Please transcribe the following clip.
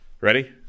Ready